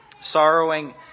sorrowing